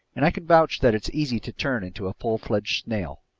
and i can vouch that it's easy to turn into a full-fledged snail.